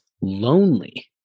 lonely